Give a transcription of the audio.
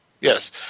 Yes